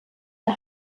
der